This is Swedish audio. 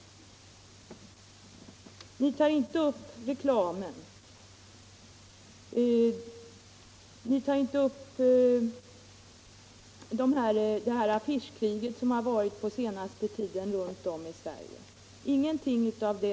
Ni tar t.ex. inte upp frågan om reklamen, och ni tar inte upp det affischkrig som förekommit på den senaste tiden runt om i Sverige.